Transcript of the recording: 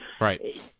Right